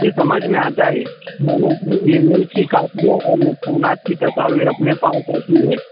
یہ سمجھ میں آتا ہے میں نے اپنی ای میل کی کاپیاں اور نقصانات کی تصاویر اپنے پاس رکھی ہیں